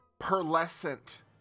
pearlescent